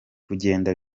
kugenda